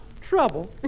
Trouble